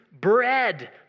bread